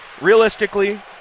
realistically